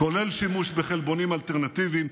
כולל שימוש בחלבונים אלטרנטיביים.